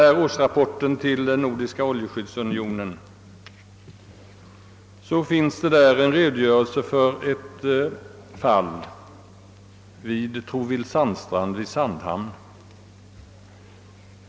I årsrapporten till Nordiska oljeskyddsunionen finns en redogörelse för ett fall vid Trovills sandstrand vid Sandhamn.